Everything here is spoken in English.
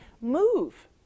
move